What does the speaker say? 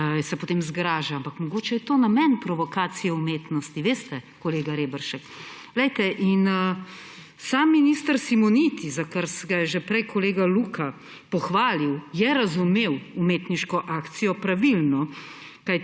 se potem zgraža. Ampak mogoče je to namen provokacije umestnosti, veste, kolega Reberšek. Poglejte, in sam minister Simoniti, za kar ga je že prej kolega Luka pohvalil, je razumel umetniško akcijo pravilno,